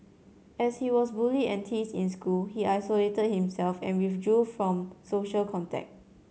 as he was bullied and teased in school he isolated himself and withdrew from social contact